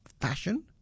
Fashion